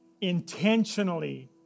intentionally